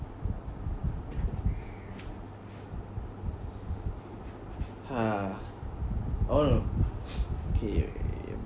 ha kay